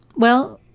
well,